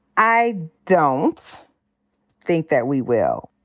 i don't think that we will.